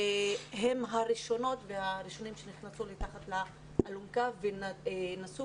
שהן הראשונות והראשונים שנכנסו מתחת לאלונקה ונשאו